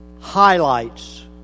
highlights